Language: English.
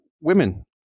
women